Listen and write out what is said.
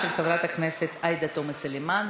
של חברת הכנסת עאידה תומא סלימאן.